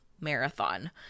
marathon